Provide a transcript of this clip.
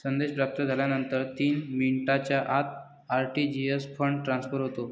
संदेश प्राप्त झाल्यानंतर तीस मिनिटांच्या आत आर.टी.जी.एस फंड ट्रान्सफर होते